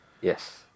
Yes